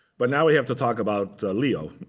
but now, we have to talk about leo,